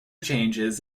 changes